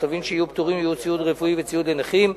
הטובין שיהיו פטורים יהיו ציוד רפואי וציוד לנכים.